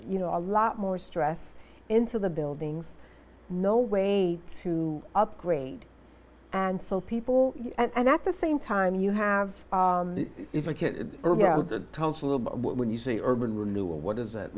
you know a lot more stress into the buildings no way to upgrade and so people and at the same time you have when you see urban renewal what is